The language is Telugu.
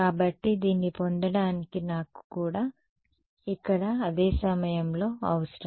కాబట్టి దీన్ని పొందడానికి నాకు కూడా ఇక్కడ అదే సమయంలో అవసరం